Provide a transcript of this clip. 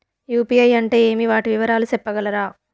UPI అంటే ఏమి? వాటి వివరాలు సెప్పగలరా?